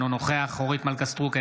אינו נוכח אורית מלכה סטרוק,